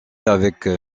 avec